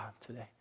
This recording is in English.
today